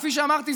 וכפי שאמרתי,